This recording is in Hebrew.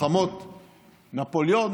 מלחמות נפוליאון,